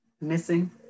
Missing